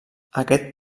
aquest